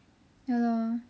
ya lor